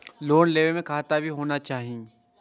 Loan लेबे में खाता भी होना चाहि?